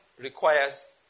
requires